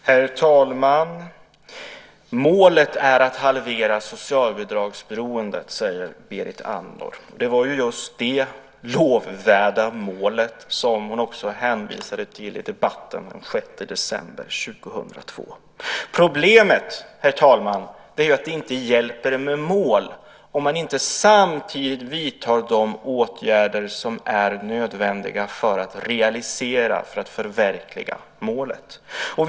Herr talman! Målet är att halvera socialbidragsberoendet, säger Berit Andnor. Det var just det lovvärda målet som hon också hänvisade till i debatten den 6 december 2002. Problemet, herr talman, är att det inte hjälper med mål om man inte samtidigt vidtar de åtgärder som är nödvändiga för att realisera, förverkliga, målet.